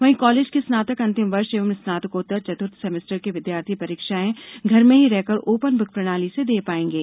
वहीं कॉलेज के स्नातक अंतिम वर्ष एवं स्नातकोत्तर चतुर्थ सेमेस्टर के विद्यार्थी परीक्षाएं घर में ही रहकर ओपन बुक प्रणाली से दे पायेंगे